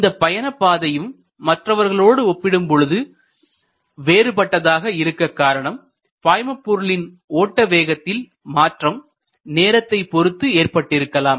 இந்த பயண பாதையும் மற்றவர்களோடு ஒப்பிடும்போது வேறுபட்டதாக இருக்க காரணம் பாய்மபொருளின் ஓட்ட வேகத்தில் மாற்றம் நேரத்தைப் பொறுத்து ஏற்பட்டிருக்கலாம்